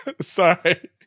sorry